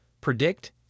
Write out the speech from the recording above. predict